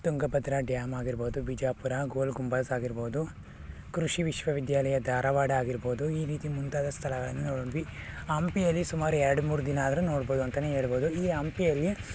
Tungabhadra dam ಆಗಿರ್ಬೋದು ಬಿಜಾಪುರ ಗೋಲ್ ಗುಂಬಜ್ ಆಗಿರ್ಬೋದು ಕೃಷಿ ವಿಶ್ವವಿದ್ಯಾಲಯ ಧಾರವಾಡ ಆಗಿರ್ಬೋದು ಈ ರೀತಿ ಮುಂತಾದ ಸ್ಥಳಗಳನ್ನು ನೋಡಿದ್ವಿ ಹಂಪಿಯಲ್ಲಿ ಸುಮಾರು ಎರಡು ಮೂರು ದಿನ ಆದರೂ ಹೇಳ್ಬೋದು ಈ ಹಂಪಿಯಲ್ಲಿ